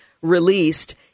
released